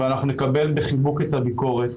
ואנחנו נקבל בחיבוק את הביקורת,